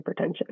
hypertension